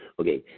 Okay